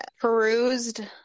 perused